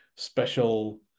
special